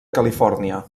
califòrnia